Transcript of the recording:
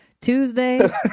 Tuesday